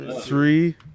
Three